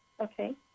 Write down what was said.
Okay